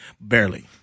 Barely